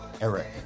Eric